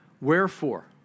Wherefore